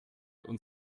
und